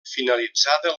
finalitzada